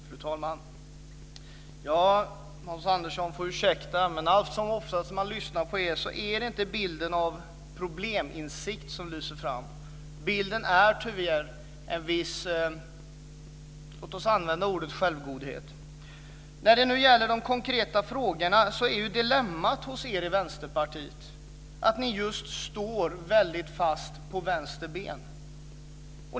Fru talman! Hans Andersson får ursäkta, men alltsomoftast när man lyssnar på er är det inte bilden av probleminsikt som lyser fram. Bilden är tyvärr en viss, låt oss använda ordet, självgodhet. När det nu gäller de konkreta frågorna är ju dilemmat hos er i Vänsterpartiet att ni står väldigt fast på just vänster ben.